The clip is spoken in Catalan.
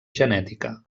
genètica